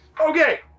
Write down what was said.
Okay